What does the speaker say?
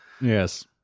Yes